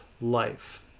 life